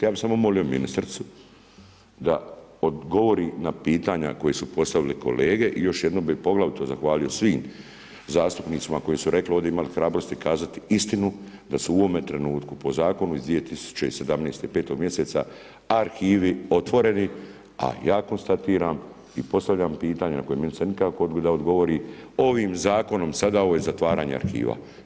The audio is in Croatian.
Ja bih samo molio ministricu da odgovori na pitanja koja su postavili kolege i još jednom bih poglavito zahvalio svim zastupnicima koji su rekli, ovdje imali hrabrosti kazati istinu da se u ovome trenutku po zakonu iz 2017. petog mjeseca arhivi otvoreni, a ja konstatiram i postavljam pitanja na koje ministrica nikako da odgovori ovim zakonom sada ovo je zatvaranje arhiva.